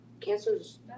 Cancer's